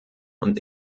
und